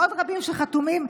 ועוד רבים שחתומים.